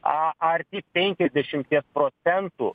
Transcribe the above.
a arti penkiasdešimties procentų